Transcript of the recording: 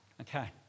Okay